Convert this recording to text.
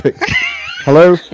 Hello